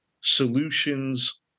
solutions